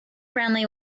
friendly